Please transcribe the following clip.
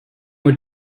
were